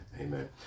amen